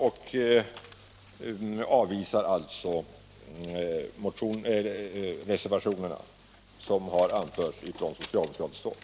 Jag avvisar alltså därmed de reservationer som har avgivits från socialdemokratiskt håll.